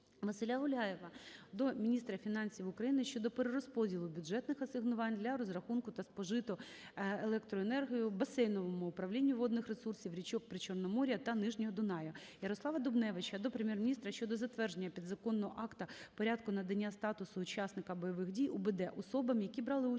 Василя Гуляєва до міністра фінансів України щодо перерозподілу бюджетних асигнувань для розрахунків та спожиту електроенергію Басейновому управлінню водних ресурсів річок Причорномор'я та нижнього Дунаю. Ярослава Дубневича до Прем'єр-міністра щодо затвердження підзаконного акта - порядку надання статусу учасника бойових дій (УБД) особам, які брали участь